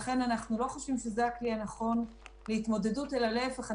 לכן אנחנו לא חושבים שזה הכלי הנכון להתמודדות אלא להפך,